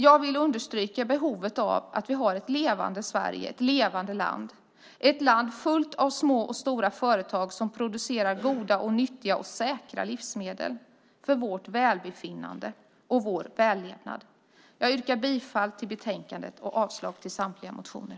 Jag vill understryka behovet av att ha ett levande Sverige, ett levande land, ett land fullt av små och stora företag som producerar goda, nyttiga och säkra livsmedel för vårt välbefinnande och vår vällevnad. Jag yrkar bifall till förslagen i betänkandet och avslag på samtliga motioner.